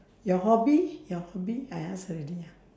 your hobby your hobby I ask already ah